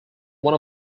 one